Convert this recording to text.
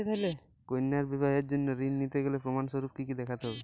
কন্যার বিবাহের জন্য ঋণ নিতে গেলে প্রমাণ স্বরূপ কী কী দেখাতে হবে?